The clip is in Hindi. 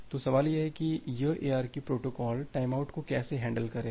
तो सवाल यह है कि यह ARQ प्रोटोकॉल टाइमआउट को कैसे हैंडल करेगा